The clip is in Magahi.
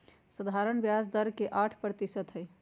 सधारण ब्याज के दर आठ परतिशत हई